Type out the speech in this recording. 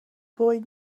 boy